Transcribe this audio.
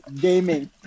gaming